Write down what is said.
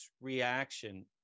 reaction